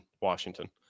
Washington